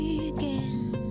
again